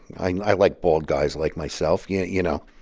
i like bald guys like myself, yeah you know.